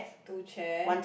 two chair